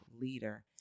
leader